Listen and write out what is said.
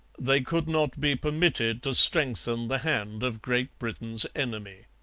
they could not be permitted to strengthen the hand of great britain's enemy.